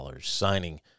signing